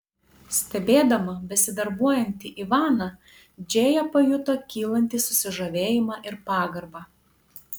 stebėdama besidarbuojantį ivaną džėja pajuto kylantį susižavėjimą ir pagarbą